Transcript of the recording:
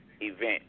event